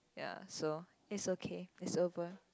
ya so it's okay it's over